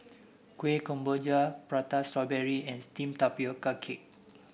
Kueh Kemboja Prata Strawberry and steamed Tapioca Cake